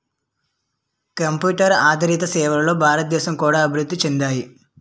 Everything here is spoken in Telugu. కంప్యూటర్ ఆదారిత సేవలు భారతదేశంలో కూడా అభివృద్ధి చెందాయి